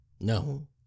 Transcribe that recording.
No